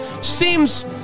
Seems